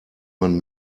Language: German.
man